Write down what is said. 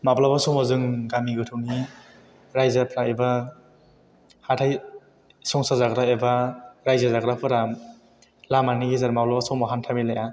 माब्लाबा समाव जों गामि गोथौनि रायजोफ्रा एबा हाथाइ संसार जाग्रा एबा रायजो जाग्राफोरा लामानि गेजेर माब्लाबा समाव हान्थामेलाया